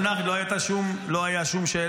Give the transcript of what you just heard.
לא,